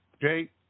Okay